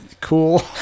cool